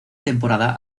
temporada